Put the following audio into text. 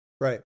right